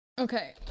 okay